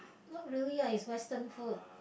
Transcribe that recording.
not really ah it's western food